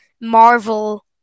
Marvel